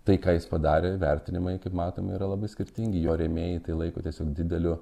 tai ką jis padarė vertinimai kaip matome yra labai skirtingi jo rėmėjai tai laiko tiesiog dideliu